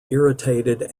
irritated